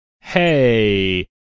hey